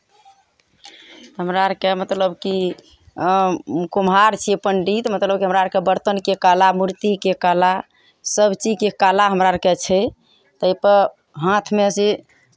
हमरा आरकेँ मतलब कि हम कुम्हार छियै पण्डित मतलब कि हमरा आरकेँ बरतनके कला मूर्तिके कला सभ चीजके कला हमरा आरके छै ताहिपर हाथमे जे